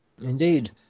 Indeed